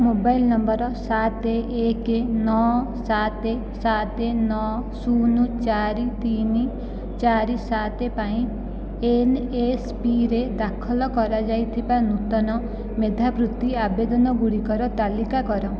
mobile number ସାତ ଏକ ନଅ ସାତ ସାତ ନଅ ଶୂନ ଚାରି ତିନ ଚାରି ସାତ ପାଇଁ ଏନ୍ଏସ୍ପିରେ ଦାଖଲ କରାଯାଇଥିବା ନୂତନ ମେଧାବୃତ୍ତି ଆବେଦନ ଗୁଡ଼ିକର ତାଲିକା କର